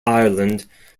ireland